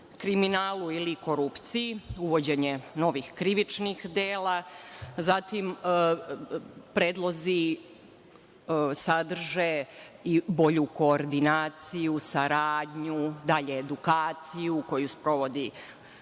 kriminalu ili korupciji, uvođenje novih krivičnih dela. Predlozi sadrže i bolju koordinaciju, saradnju, dalje, edukaciju koju sprovodi